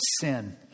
sin